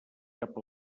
cap